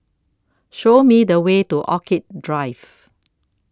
Show Me The Way to Orchid Drive